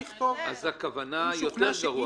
ואז הכוונה היא יותר גרוע.